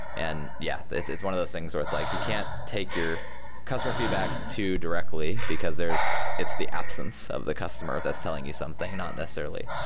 and yeah, it's it's one of those things where it's like, you can't take your customer feedback too directly, because it's the absence of the customer that's telling you something not necessarily.